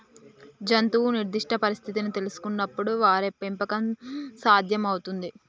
జంతువు నిర్దిష్ట పరిస్థితిని తెల్సుకునపుడే వాటి పెంపకం సాధ్యం అవుతుంది